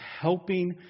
helping